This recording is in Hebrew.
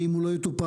ואם לא היום,